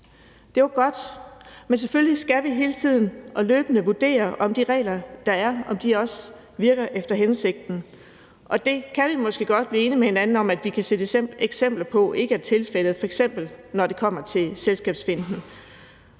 det var godt. Men selvfølgelig skal vi hele tiden og løbende vurdere, om de regler, der er, også virker efter hensigten, og det kan vi måske godt blive enige med hinanden om vi kan se eksempler på ikke er tilfældet, f.eks. når det kommer til selskabsfinten.